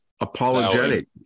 apologetic